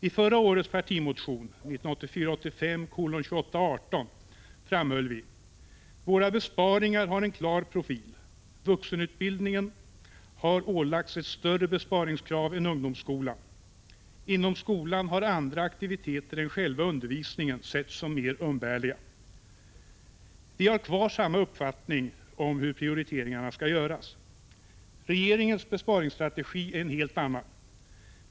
I förra årets partimotion 1984/85:2818 framhöll vi: ”Våra besparingar har en klar profil. Vuxenutbildningen har ålagts ett större besparingskrav än ungdomsskolan; inom skolan har andra aktiviteter än själva undervisningen setts som mera umbärliga.” Vi har kvar samma uppfattning om hur prioriteringarna skall göras. Regeringens besparingsstrategi är en helt annan.